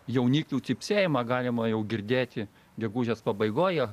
jauniklių cypsėjimą galima jau girdėti gegužės pabaigoj